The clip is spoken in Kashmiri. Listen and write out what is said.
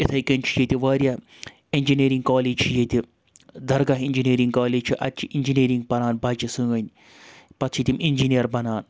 اِتھَے کٔنۍ چھُ ییٚتہِ واریاہ اِنجینرِنٛگ کالیج چھِ ییٚتہِ درگاہ اِنجینرِنٛگ کالیج چھِ اَتہِ چھِ اِنجینرِنٛگ پَران بَچہِ سٲنۍ پَتہٕ چھِ تِم اِنجینَر بَنان